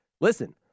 Listen